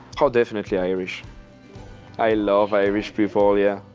oh definitely irish i love irish people, yeah